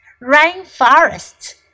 Rainforests